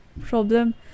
problem